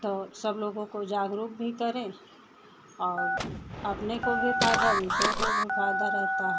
तो सब लोगों को जागरूक भी करें और अपने को भी फ़ायदा दूसरों को भी फ़ायदा रहता है